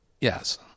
Yes